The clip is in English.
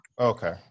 okay